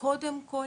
קודם כל